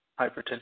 hypertension